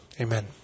amen